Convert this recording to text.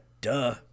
duh